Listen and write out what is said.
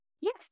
yes